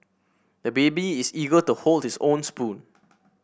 the baby is eager to hold his own spoon